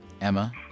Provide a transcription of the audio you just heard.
Emma